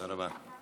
תודה רבה.